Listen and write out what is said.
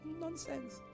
Nonsense